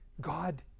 God